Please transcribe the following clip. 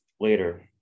later